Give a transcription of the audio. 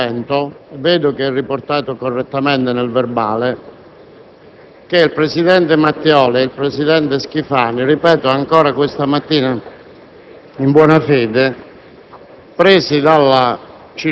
avevo già previsto, ieri sera, nel mio intervento, e vedo che è riportato correttamente nel verbale, che il presidente Matteoli e il presidente Schifani, ripeto ancora questa mattina,